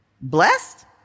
blessed